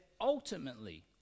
ultimately